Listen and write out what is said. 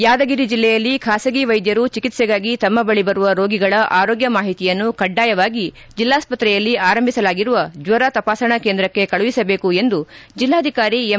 ಯಾದಗಿರಿ ಜಿಲ್ಲೆಯಲ್ಲಿ ಖಾಸಗಿ ವೈದ್ಯರು ಚಿಕಿತ್ಸೆಗಾಗಿ ತಮ್ಮ ಬಳಿ ಬರುವ ರೋಗಿಗಳ ಆರೋಗ್ಯ ಮಾಹಿತಿಯನ್ನು ಕಡ್ಡಾಯವಾಗಿ ಜಲ್ಲಾಸ್ತ್ರೆಯಲ್ಲಿ ಆರಂಭಿಸಲಾಗಿರುವ ಜ್ವರ ತಪಾಸಣಾ ಕೇಂದ್ರಕ್ಷೆ ಕಳುಹಿಸಬೇಕು ಎಂದು ಜಿಲ್ಲಾಧಿಕಾರಿ ಎಂ